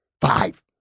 Five